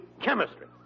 chemistry